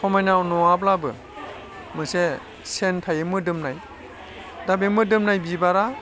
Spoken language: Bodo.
समायनायाव नङाब्लाबो मोनसे सेन थायो मोदोमनाय दा बे मोदोमनाय बिबारा